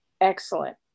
Excellent